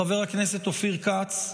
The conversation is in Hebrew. חבר הכנסת אופיר כץ,